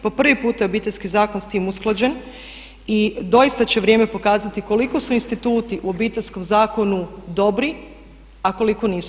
Po prvi puta je Obiteljski zakon sa tim usklađen i doista će vrijeme pokazati koliko su instituti u Obiteljskom zakonu dobri, a koliko nisu.